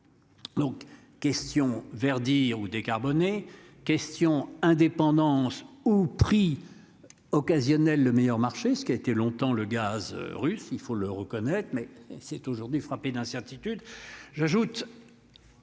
Donc question verdir ou décarboné question indépendance ou prix. Occasionnel le meilleur marché, ce qui a été longtemps le gaz russe. Il faut le reconnaître, mais c'est aujourd'hui frappée d'incertitude. J'ajoute.